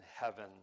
heaven